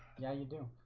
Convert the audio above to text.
yeah you do